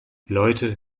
leute